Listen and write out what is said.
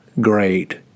great